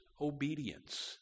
obedience